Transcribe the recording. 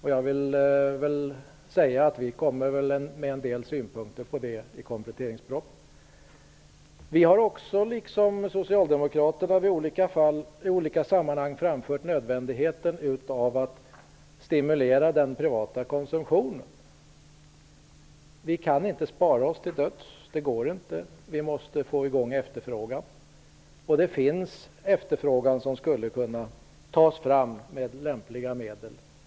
Vi kommer att lägga fram en del synpunker på detta i samband med kompletteringspropositionen. Vi har liksom Socialdemokraterna i olika fall betonat nödvändigheten av att stimulera den privata konsumtionen. Vi kan inte spara oss till döds. Det går inte. Vi måste få i gång efterfrågan. Det finns en efterfrågan som skulle kunna tas fram med lämpliga medel.